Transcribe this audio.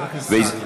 סעדי.